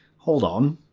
hold on,